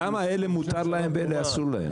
למה אלה מותר להם, ואלה אסור להם?